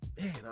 Man